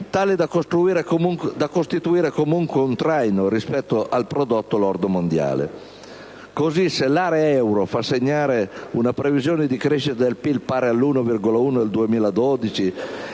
tali da costituire comunque un traino rispetto al prodotto lordo mondiale. Così, se l'area Euro fa segnare una previsione di crescita del PIL pari all'1,1 per cento